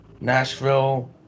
Nashville